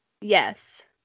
Yes